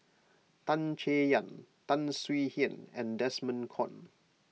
Tan Chay Yan Tan Swie Hian and Desmond Kon